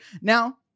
Now